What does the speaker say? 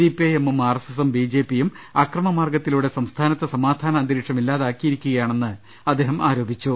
CP ഐഎമ്മും ആർഎസ്എസും ബിജെപിയും അക്രമമാർഗത്തി ലൂടെ സംസ്ഥാനത്തെ സമാധാന അന്തരീക്ഷം ഇല്ലാതാക്കി യിരിക്കുകയാണെന്ന് അദ്ദേഹം പറഞ്ഞു